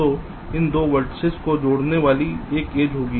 तो इन दो वेर्तिसेस को जोड़ने वाली एक एज होगी